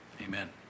Amen